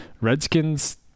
Redskins